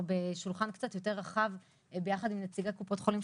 בשולחן קצת יותר רחב ביחד עם נציגי קופות החולים,